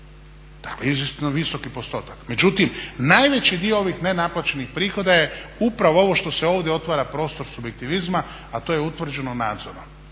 Dakle, izvjesno visoki postotak. Međutim, najveći dio ovih nenaplaćenih prihoda je upravo ovo što se ovdje otvara prostor subjektivizma a to je utvrđeno nadzorom.